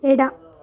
ಎಡ